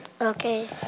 Okay